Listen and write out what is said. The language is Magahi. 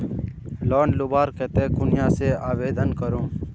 लोन लुबार केते कुनियाँ से आवेदन करूम?